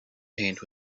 paint